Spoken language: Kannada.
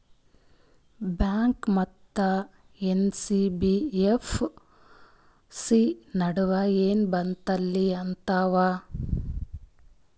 ಬ್ಯಾಂಕು ಮತ್ತ ಎನ್.ಬಿ.ಎಫ್.ಸಿ ನಡುವ ಏನ ಬದಲಿ ಆತವ?